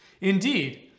Indeed